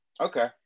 Okay